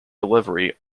delivery